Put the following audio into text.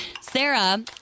sarah